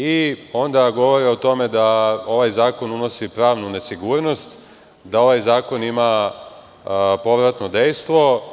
I onda govore o tome da ovaj zakon unosi pravnu nesigurnost, da ovaj zakon ima povratno dejstvo.